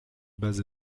bas